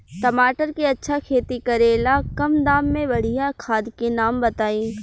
टमाटर के अच्छा खेती करेला कम दाम मे बढ़िया खाद के नाम बताई?